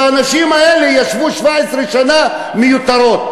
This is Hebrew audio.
והאנשים האלה ישבו 17 שנה מיותרות.